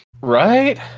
Right